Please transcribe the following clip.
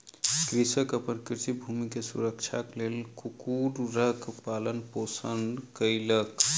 कृषक अपन कृषि भूमि के सुरक्षाक लेल कुक्कुरक पालन पोषण कयलक